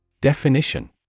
Definition